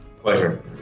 Pleasure